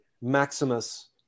Maximus